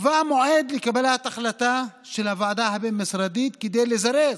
נקבע מועד לקבלת החלטה של הוועדה הבין-משרדית כדי לזרז,